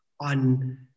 on